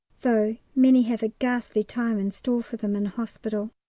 though many have a ghastly time in store for them in hospital.